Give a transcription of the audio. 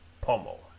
pommel